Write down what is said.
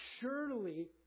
Surely